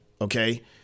Okay